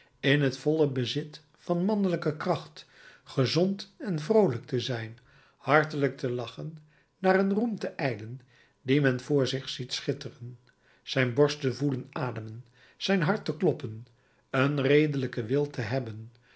in het volle bezit van mannelijke kracht gezond en vroolijk te zijn hartelijk te lachen naar een roem te ijlen dien men voor zich ziet schitteren zijn borst te voelen ademen zijn hart te kloppen een redelijken wil te hebben